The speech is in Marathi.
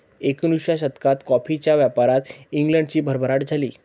एकोणिसाव्या शतकात कॉफीच्या व्यापारात इंग्लंडची भरभराट झाली